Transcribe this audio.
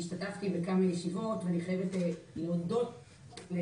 מפאת כבודך עוד לא הוצאתי מכתב תגובה.